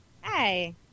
Hi